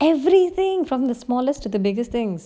everything from the smallest to the biggest things